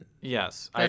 Yes